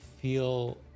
feel